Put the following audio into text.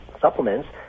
supplements